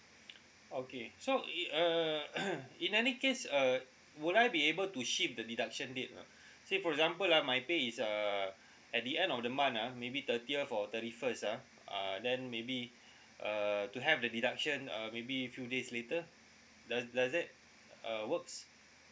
okay so it err in any case uh would I be able to shift the deduction date ah say for example ah my pay is uh at the end of the month ah maybe thirtieth or thirty first ah uh then maybe uh to have the deduction uh maybe few days later does does that uh works